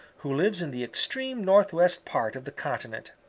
who lives in the extreme northwest part of the continent.